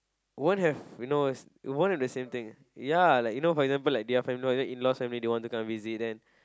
one have you know one have the same thing ya like you know for example like their family members in laws and they don't want to come and visit them